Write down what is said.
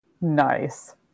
Nice